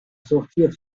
sortir